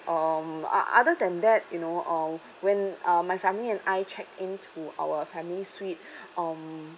um other than that you know uh when uh my family and I check into our family suite um